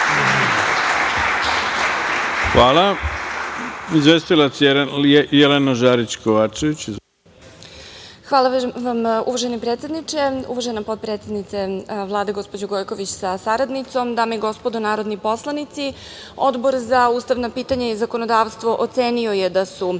Kovačević. Izvolite. **Jelena Žarić Kovačević** Hvala vam, uvaženi predsedniče, uvažena potpredsednice Vlade, gospođo Gojković, sa saradnicom, dame i gospodo narodni poslanici, Odbor za ustavna pitanja i zakonodavstvo, ocenio je da su